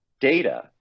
Data